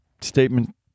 statement